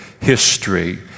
history